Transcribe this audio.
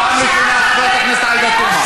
פעם ראשונה, חברת הכנסת עאידה תומא.